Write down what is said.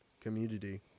community